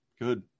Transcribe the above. Good